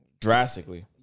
drastically